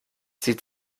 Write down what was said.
sie